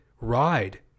ride